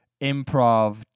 improv